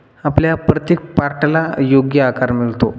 आपल्या प्रत्येक पार्ट्याला योग्य आकार मिळतो